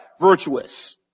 virtuous